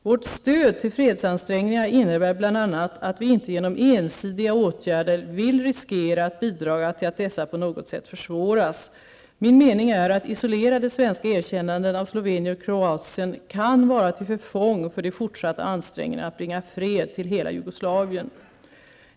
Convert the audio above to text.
Vårt stöd till fredsansträngningarna innebär bl.a. att vi inte genom ensidiga åtgärder vill riskera att bidraga till att dessa på något sätt försvåras. Min mening är att isolerade svenska erkännanden av Slovenien och Kroatien kan vara till förfång för de fortsatta ansträngningarna att bringa fred till hela Jugoslavien.